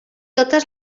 totes